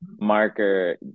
Marker